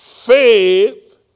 Faith